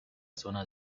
zona